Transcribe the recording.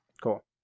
Cool